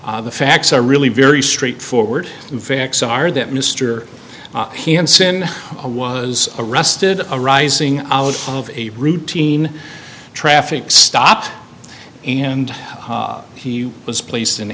the facts are really very straightforward the facts are that mr hanssen was arrested arising out of a routine traffic stop and he was placed in